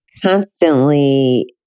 constantly